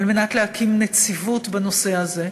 להקים נציבות בנושא הזה.